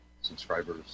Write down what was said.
subscribers